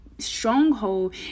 stronghold